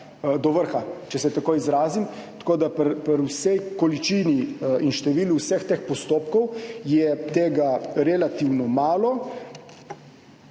do vrha, če se tako izrazim. Tako da tega je pri vsej količini in številu vseh teh postopkov relativno malo.